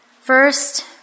First